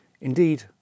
Indeed